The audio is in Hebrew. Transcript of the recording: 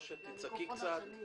או שתרימי את קולך.